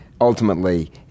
Ultimately